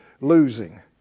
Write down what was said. losing